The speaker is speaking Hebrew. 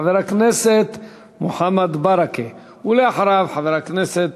חבר הכנסת מוחמד ברכה, ואחריו, חבר הכנסת